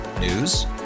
News